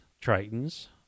Tritons